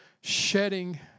shedding